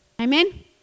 Amen